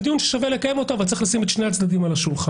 זה דיון ששווה לקיים אותו אבל צריך לשים את שני הצדדים על השולחן.